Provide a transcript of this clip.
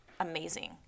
amazing